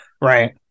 Right